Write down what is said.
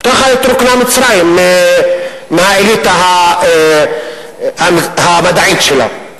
כך התרוקנה מצרים מהאליטה המדעית שלה.